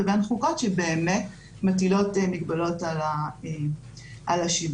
לבין חוקות שבאמת מטילות מגבלות על השלטון.